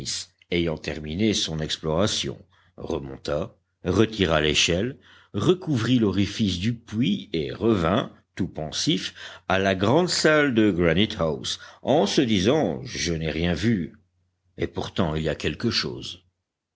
ayant terminé son exploration remonta retira l'échelle recouvrit l'orifice du puits et revint tout pensif à la grande salle de granite house en se disant je n'ai rien vu et pourtant il y a quelque chose